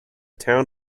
town